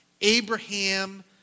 Abraham